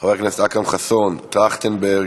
חבר הכנסת אכרם חסון, טרכטנברג,